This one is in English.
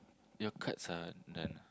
your cards are done